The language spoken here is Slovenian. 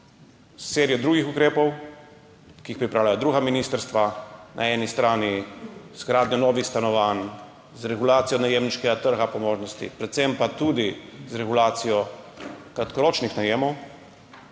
serijo drugih ukrepov, ki jih pripravljajo druga ministrstva, na eni strani z gradnjo novih stanovanj, po možnosti z regulacijo najemniškega trga, predvsem pa tudi z regulacijo kratkoročnih najemov,